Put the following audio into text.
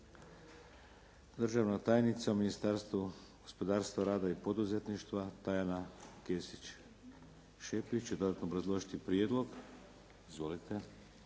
Hvala